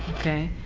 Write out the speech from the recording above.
okay.